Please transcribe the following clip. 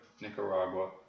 Nicaragua